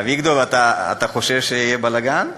אביגדור, אתה חושב שיהיה בלגן?